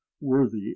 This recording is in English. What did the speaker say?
worthy